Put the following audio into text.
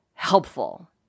Helpful